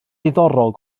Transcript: diddorol